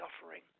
suffering